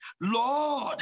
Lord